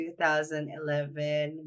2011